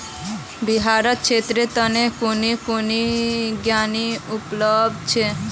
बिहारत छात्रेर तने कुन कुन ऋण उपलब्ध छे